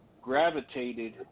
gravitated